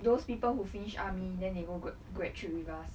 those people who finish army then they go grad grad trip with us